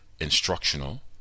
instructional